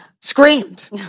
screamed